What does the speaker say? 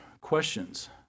questions